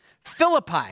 Philippi